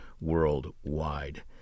Worldwide